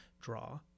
draw